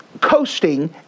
coasting